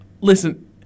Listen